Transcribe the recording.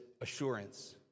Assurance